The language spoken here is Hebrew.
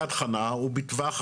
יד חנה היא בטווח,